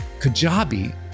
Kajabi